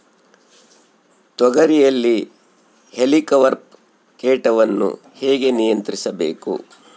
ತೋಗರಿಯಲ್ಲಿ ಹೇಲಿಕವರ್ಪ ಕೇಟವನ್ನು ಹೇಗೆ ನಿಯಂತ್ರಿಸಬೇಕು?